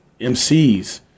MCs